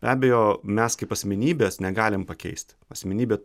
be abejo mes kaip asmenybės negalim pakeisti asmenybė